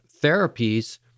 therapies